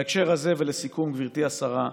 בהקשר הזה, ולסיכום, גברתי השרה,